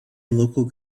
local